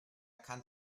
kann